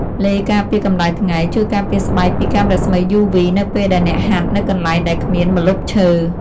ឡេការពារកម្ដៅថ្ងៃ ជួយការពារស្បែកពីកាំរស្មីយូវី នៅពេលដែលអ្នកហាត់នៅកន្លែងដែលគ្មានម្លប់ឈើ។